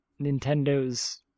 Nintendo's